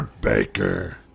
Baker